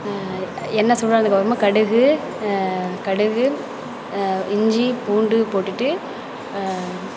எண்ணெய் சூடானதுக்கு அப்புறமா கடுகு கடுகு இஞ்சி பூண்டு போட்டுவிட்டு